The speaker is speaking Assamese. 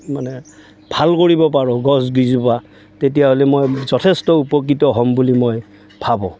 মানে ভাল কৰিব পাৰোঁ গছ কেইজোপা তেতিয়াহলে মই যথেষ্ট উপকৃত হম বুলি মই ভাবোঁ